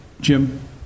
Jim